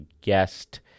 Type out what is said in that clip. guest